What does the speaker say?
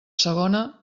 segona